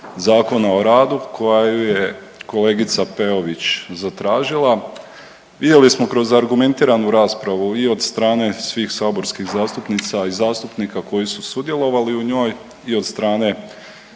ZOR-a koja ju je kolegica Peović zatražila. Vidjeli smo kroz argumentiranu raspravu i od strane svih saborskih zastupnica i zastupnika koji su sudjelovali u njoj i od strane